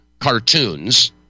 cartoons